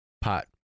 pot